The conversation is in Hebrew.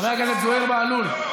חבר הכנסת זוהיר בהלול,